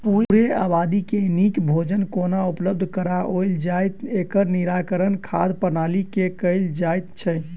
पूरे आबादी के नीक भोजन कोना उपलब्ध कराओल जाय, एकर निराकरण खाद्य प्रणाली मे कयल जाइत छै